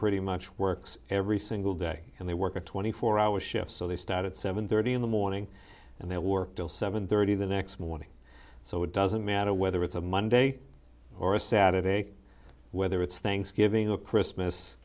pretty much works every single day and they work a twenty four hour shift so they start at seven thirty in the morning and they work till seven thirty the next morning so it doesn't matter whether it's a monday or a saturday whether it's thanksgiving or christmas